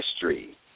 history